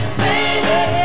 baby